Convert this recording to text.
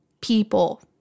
people